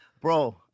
Bro